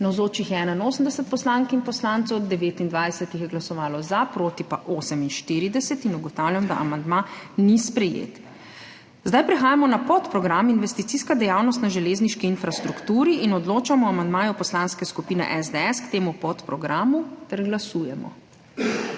Navzočih je 81 poslank in poslancev, 29 jih je glasovalo za, proti pa 48. (Za je glasovalo 29.) (Proti 48.) Ugotavljam, da amandma ni sprejet. Prehajamo na podprogram Investicijska dejavnost na železniški infrastrukturi in odločamo o amandmaju Poslanske skupine SDS k temu podprogramu. Glasujemo.